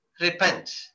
repent